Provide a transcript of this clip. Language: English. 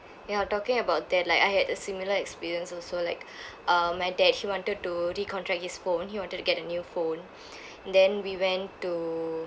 ya talking about that like I had a similar experience also like uh my dad he wanted to recontract his phone he wanted to get a new phone then we went to